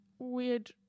Weird